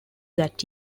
that